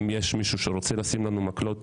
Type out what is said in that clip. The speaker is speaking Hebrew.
אם יש מישהו שרוצה לשים לנו מקלות